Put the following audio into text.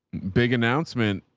big announcement.